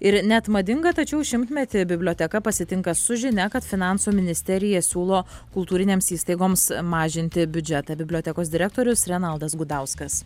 ir net madinga tačiau šimtmetį biblioteka pasitinka su žinia kad finansų ministerija siūlo kultūrinėms įstaigoms mažinti biudžetą bibliotekos direktorius renaldas gudauskas